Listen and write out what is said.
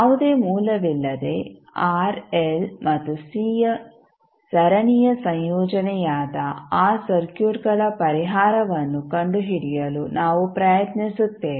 ಯಾವುದೇ ಮೂಲವಿಲ್ಲದೆ R L ಮತ್ತು C ಸರಣಿಯ ಸಂಯೋಜನೆಯಾದ ಆ ಸರ್ಕ್ಯೂಟ್ಗಳ ಪರಿಹಾರವನ್ನು ಕಂಡುಹಿಡಿಯಲು ನಾವು ಪ್ರಯತ್ನಿಸುತ್ತೇವೆ